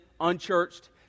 unchurched